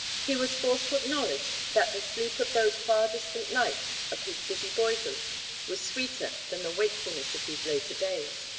he was forced to acknowledge that the sleep of those far-distant nights of his busy boyhood was sweeter than the wakefulness of these later days,